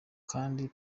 kandi